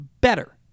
better